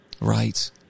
Right